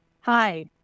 Hi